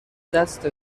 دست